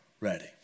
ready